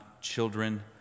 children